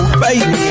baby